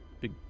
Big